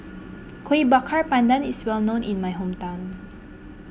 Kuih Bakar Pandan is well known in my hometown